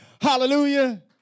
Hallelujah